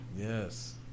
Yes